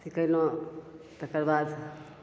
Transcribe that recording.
कएलहुँ तकर बाद